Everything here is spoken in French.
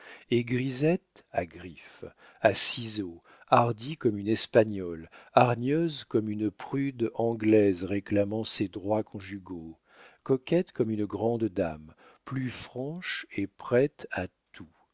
et grisette à griffes à ciseaux hardie comme une espagnole hargneuse comme une prude anglaise réclamant ses droits conjugaux coquette comme une grande dame plus franche et prête à tout